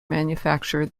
manufacture